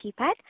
keypad